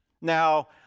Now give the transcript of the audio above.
Now